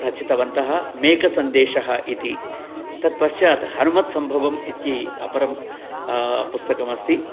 रचितवन्तः मेकसन्देशः इति तत्पश्चात् हनुमत्सम्भवम् इति अपरं पुस्तकमस्ति